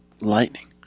lightning